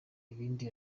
ibindi